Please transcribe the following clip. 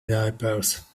diapers